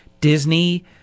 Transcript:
Disney